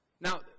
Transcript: Now